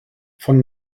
von